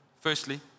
Firstly